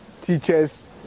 Teachers